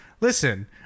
listen